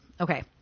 okay